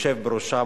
היושב בראשה,